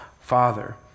Father